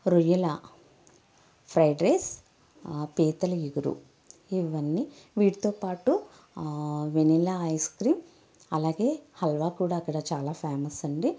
రొయ్యల fried rice పీతల ఇగురు ఇవన్నీ వీటితో పాటు వెనిలా ఐస్క్రీమ్ అలాగే హల్వా కూడా అక్కడ చాలా ఫేమస్ అండి